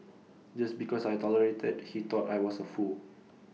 just because I tolerated he thought I was A fool